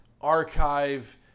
archive